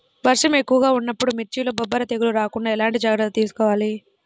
వర్షం ఎక్కువగా ఉన్నప్పుడు మిర్చిలో బొబ్బర తెగులు రాకుండా ఎలాంటి జాగ్రత్తలు తీసుకోవాలి?